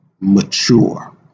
mature